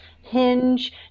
hinge